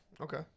Okay